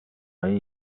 های